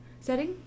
setting